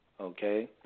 okay